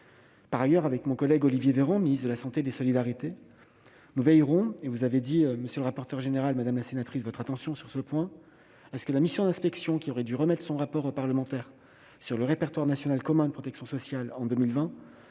Par ailleurs, Olivier Véran, ministre des solidarités et de la santé, et moi-même veillerons- vous avez dit, monsieur le rapporteur général, madame la sénatrice, votre attention sur ce point -à ce que la mission d'inspection qui aurait dû remettre son rapport parlementaire sur le répertoire national commun de protection sociale en 2020